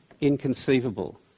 inconceivable